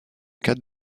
cas